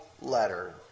letter